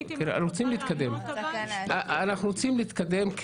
אנחנו רוצים להתקדם.